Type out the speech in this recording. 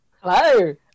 Hello